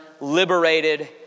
liberated